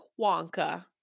Wonka